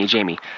Jamie